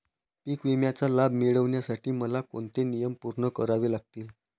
पीक विम्याचा लाभ मिळण्यासाठी मला कोणते नियम पूर्ण करावे लागतील?